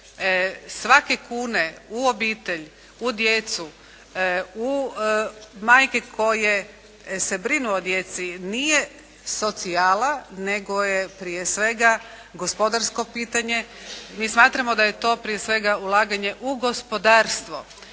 svake kune u obitelj, u djecu, u, majke koje se brinu o djeci nije socijala nego je prije svega gospodarsko pitanje i smatramo da je to prije svega ulaganje u gospodarstvo.